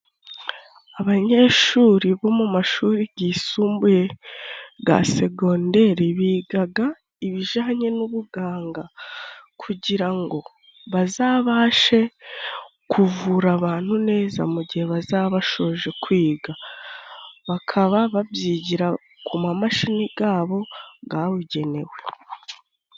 Abanyeshuri bo mu mashuri gisumbuye ga segonderi bigaga ibijanye n'ubuganga kugira ngo bazabashe kuvura abantu neza mu gihe bazaba bashoje kwiga bakaba babyigira ku mamashini gabo gabugenewe.